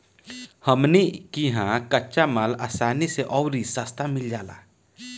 हमनी किहा कच्चा माल असानी से अउरी सस्ता मिल जाला